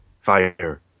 fire